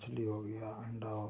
मछली हो गया अंडा हो गया